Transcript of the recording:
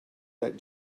that